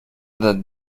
the